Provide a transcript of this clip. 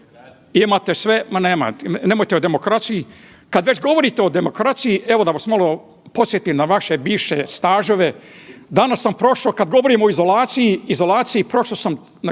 se ne razumije./… nemojte o demokraciji. Kada već govorite o demokraciji evo da vas malo podsjetim na vaše bivše stažove, danas sam prošao kada govorimo o izolaciji prošao sam na